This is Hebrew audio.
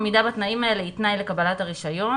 עמידה בתנאים האלה היא תנאי לקבלת הרישיון.